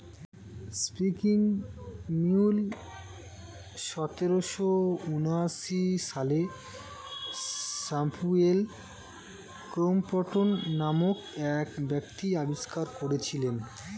spinning mule সতেরোশো ঊনআশি সালে স্যামুয়েল ক্রম্পটন নামক এক ব্যক্তি আবিষ্কার করেছিলেন